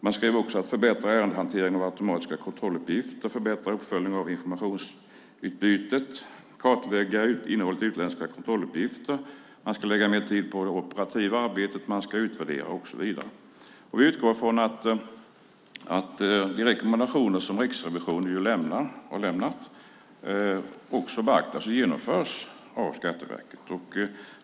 Man skriver också: Att förbättra ärendehanteringen av automatiska kontrolluppgifter, förbättra uppföljning av informationsutbytet, kartlägga innehållet i utländska kontrolluppgifter. Man ska lägga mer tid på det operativa arbetet. Man ska utvärdera. Vi utgår från att de rekommendationer som Riksrevisionen har lämnat beaktas och genomförs av Skatteverket.